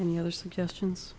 any other suggestions